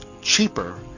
cheaper